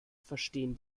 verstehen